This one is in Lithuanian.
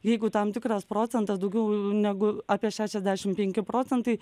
jeigu tam tikras procentas daugiau negu apie šešiasdešim penki procentai